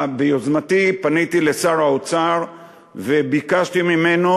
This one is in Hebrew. ביוזמתי פניתי אל שר האוצר וביקשתי ממנו